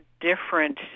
different